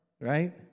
right